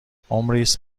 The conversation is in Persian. ﻋﻤﺮﯾﺴﺖ